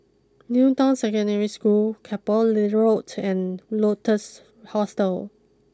new Town Secondary School Keppel Road and Lotus Hostel